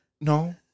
no